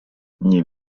nie